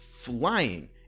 flying